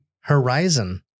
Horizon